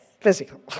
Physical